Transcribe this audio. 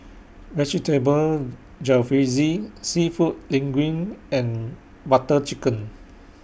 Vegetable Jalfrezi Seafood Linguine and Butter Chicken